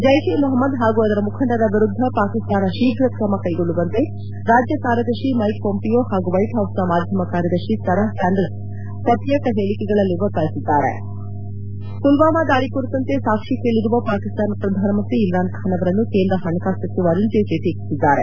Jaish A Mohammed ಹಾಗು ಅದರ ಮುಖಂಡರ ವಿರುದ್ಲ ಪಾಕಿಸ್ತಾನ ಶೀಘ್ರ ಕ್ರಮ ಕ್ರೆಗೊಳ್ಳುವಂತೆ ರಾಜ್ಯ ಕಾರ್ಲದರ್ಶಿ ಮೈಕ್ ಮೊಂಪಿಯೋ ಹಾಗೂ ವೈಟ್ಹೌಸ್ನ ಮಾಧ್ವಮ ಕಾರ್ತದರ್ಶಿ ಸರಾಹ್ ಸ್ವಾಂಡರ್ಸ್ ಪ್ರತ್ಯೇಕ ಹೇಳಿಕೆಗಳಲ್ಲಿ ಒತ್ತಾಯಿಸಿದ್ದಾರೆ ಮಲ್ವಾಮಾ ದಾಳಿ ಕುರಿತಂತೆ ಸಾಕ್ಷಿ ಕೇಳಿರುವ ಪಾಕಿಸ್ತಾನ ಪ್ರಧಾನಮಂತ್ರಿ ಇಮ್ರಾನ್ಖಾನ್ ಅವರನ್ನು ಕೇಂದ್ರ ಪಣಕಾಸು ಸಚಿವ ಅರುಣ್ ಜೇಟ್ಲಿ ಟೀಕಿಸಿದ್ದಾರೆ